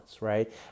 right